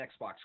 Xbox